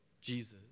Jesus